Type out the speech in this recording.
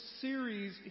series